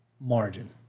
margin